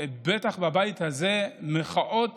בטח בבית הזה, למחאות